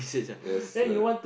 yes a